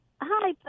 Hi